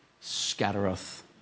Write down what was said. scattereth